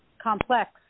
complex